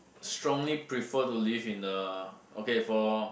strongly prefer to live in the okay for